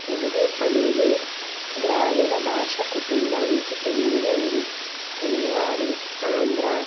తెలుగు అనేది ద్రావిడ భాష కుటుంబానికి చెందిన నుడి తెలుగువారు ఆంధ్ర